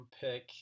pick